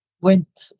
went